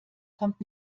kommt